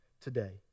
today